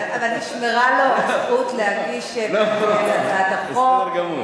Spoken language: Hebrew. אבל נשמרה לו הזכות להגיש את הצעת החוק.